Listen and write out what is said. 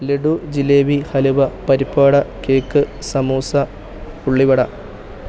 ലഡു ജിലേബി ഹലുവ പരിപ്പുവട കേക്ക് സമൂസ ഉള്ളിവട